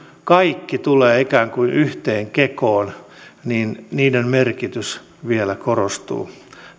kaikki tulee ikään kuin yhteen kekoon niin niiden merkitys vielä korostuu